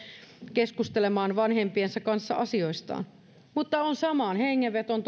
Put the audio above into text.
keskustelemaan vanhempiensa kanssa asioistaan mutta samaan hengenvetoon